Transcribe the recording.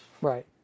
Right